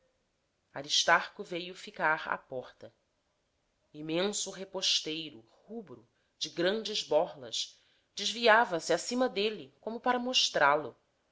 aristarco veio ficar à porta imenso reposteiro rubro de grandes borlas desviava se acima dele como para mostrá-lo